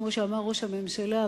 כמו שאמר ראש הממשלה,